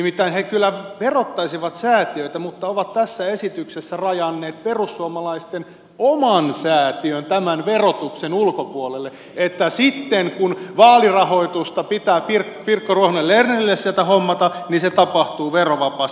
nimittäin he kyllä verottaisivat säätiöitä mutta ovat tässä esityksessä rajanneet perussuomalaisten oman säätiön tämän verotuksen ulkopuolelle että sitten kun vaalirahoitusta pitää pirkko ruohonen lernerille sieltä hommata niin se tapahtuu verovapaasti